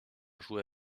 jouer